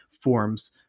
forms